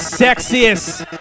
sexiest